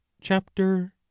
chapter